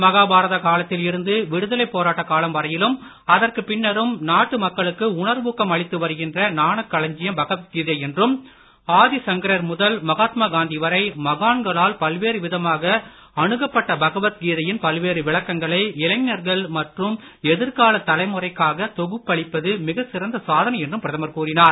மகாபாரத காலத்தில் இருந்து விடுதலை போராட்ட காலம் வரையிலும் அதற்கு பின்னரும் நாட்டு மக்களுக்கு உணர்வூக்கம் அளித்து வருகின்ற ஞானக் களஞ்சியம் பகவத்கீதை என்றும் ஆதிசங்கரர் முதல் மகாத்மா காந்தி வரை மகான்களால் பல்வேறு விதமாக அணுகப்பட்ட பகவத்கீதையின் பல்வேறு விளக்கங்களை இளைஞர்கள் மற்றும் எதிர்கால தலைமுறைக்காக தொகுத்தளிப்பது மிக சிறந்த சாதனை என்றும் பிரதமர் கூறினார்